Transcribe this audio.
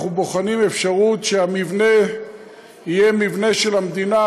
אנחנו בוחנים אפשרות שהמבנה יהיה מבנה של המדינה,